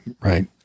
right